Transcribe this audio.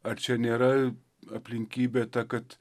ar čia nėra aplinkybė ta kad